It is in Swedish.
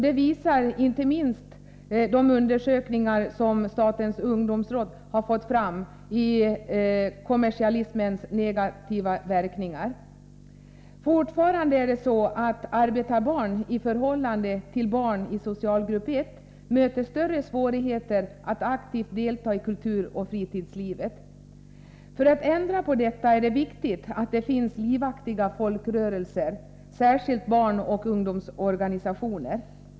Det visar inte minst de undersökningar som statens ungdomsråd har gjort om kommersialismens negativa verkningar. Fortfarande är det så att arbetarbarn i förhållande till barn i socialgrupp 1 möter större svårighet att aktivt delta i kulturoch fritidslivet. För att ändra på detta är det viktigt att det finns livaktiga folkrörelser, särskilt barnoch ungdomsorganisationer.